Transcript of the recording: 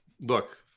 look